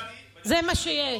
זה מה שיש.